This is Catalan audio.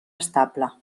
estable